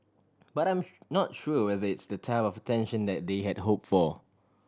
but I'm not sure whether it's the type of attention that they had hope for